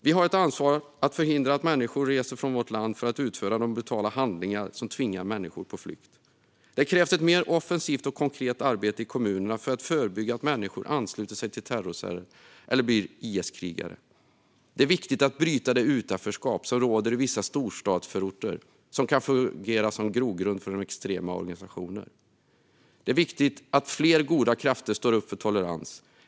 Vi har ett ansvar att förhindra att människor reser från vårt land för att utföra de brutala handlingar som tvingar människor på flykt. Det krävs ett mer offensivt och konkret arbete i kommunerna för att förebygga att människor ansluter sig till terrorceller eller blir IS-krigare. Det är viktigt att bryta det utanförskap som råder i vissa storstadsförorter som kan fungera som grogrund för extrema organisationer. Det är också viktigt att fler goda krafter står upp för tolerans.